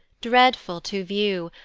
dreadful to view,